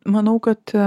manau kad